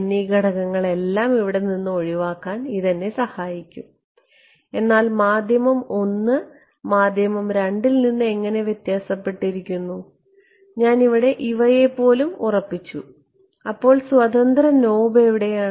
എന്നീ ഘടകങ്ങളെല്ലാം ഇവിടെ നിന്ന് ഒഴിവാക്കാൻ ഇത് എന്നെ സഹായിക്കുന്നു എന്നാൽ മാധ്യമം 1 മാധ്യമം 2 ൽ നിന്ന് എങ്ങനെ വ്യത്യാസപ്പെട്ടിരിക്കുന്നു ഞാൻ ഇവിടെ ഇവയെപോലും ഉറപ്പിച്ചു അപ്പോൾ സ്വതന്ത്ര നോബ് എവിടെയാണ്